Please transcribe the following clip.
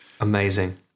Amazing